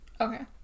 Okay